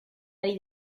ari